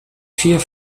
vier